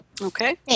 Okay